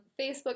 Facebook